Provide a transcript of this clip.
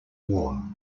war